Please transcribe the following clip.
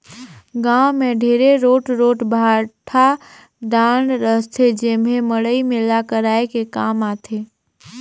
गाँव मे ढेरे रोट रोट भाठा डाँड़ रहथे जेम्हे मड़ई मेला कराये के काम आथे